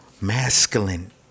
masculine